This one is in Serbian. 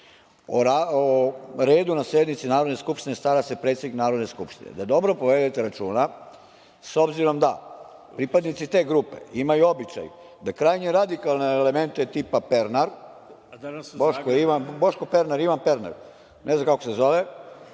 o redu na sednici Narodne skupštine stara se predsednik Narodne skupštine. Da dobro povedete računa, s obzirom da pripadnici te grupe imaju običaj da krajnje radikalne elemente tipa Pernar, Boško Pernar, Ivan Pernar, ne znam kako se zove,